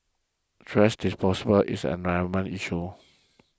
thrash disposal is an environmental issue